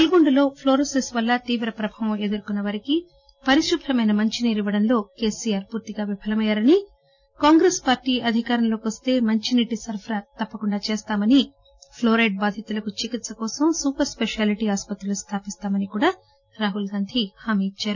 నల్గొండలో ప్లోరోసిస్ వల్ల తీవ్ర ప్రభావం ఎదుర్కోన్స వారికి పరిశుభ్రమైన మంచినీరు ఇవ్వడంలో కెసిఆర్ పూర్తిగా విఫలమయ్యారని కాంగ్రెస్ అధికారంలోకి వస్తే మంచినీటి సరఫరా తప్పనిసరిగా చేస్తామని ప్లోరైడ్ బాధితులకు చికిత్ప కోసం సూపర్ స్పిషాలిటీ ఆసుపత్రులు స్థాపిస్తామని రాహుల్ గాంధీ హామీ ఇచ్చారు